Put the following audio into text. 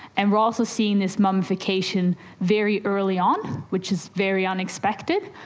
and we are also seeing this mummification very early on, which is very unexpected,